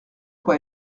quoi